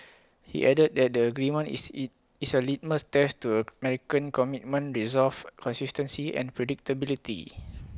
he added that the agreement is eat is A litmus test to American commitment resolve consistency and predictability